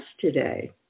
today